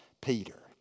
Peter